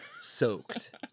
soaked